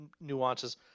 nuances